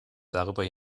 darüber